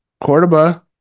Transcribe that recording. Cordoba